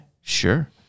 sure